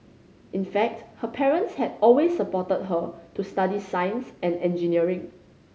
in fact her parents had always supported her to study science and engineering